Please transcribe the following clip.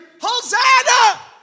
Hosanna